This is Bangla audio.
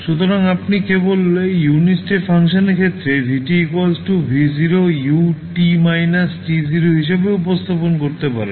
সুতরাং আপনি কেবল ইউনিট স্টেপ ফাংশনের ক্ষেত্রে v V0ut − t0 হিসাবেও উপস্থাপন করতে পারেন